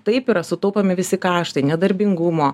taip yra sutaupomi visi karštai nedarbingumo